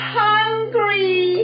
hungry